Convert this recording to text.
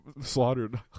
slaughtered